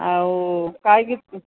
ଆଉ ଖାଇକି